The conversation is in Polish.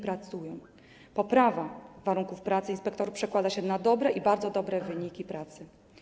Poprawa warunków pracy inspektorów przekłada się na dobre i bardzo dobre wyniki pracy.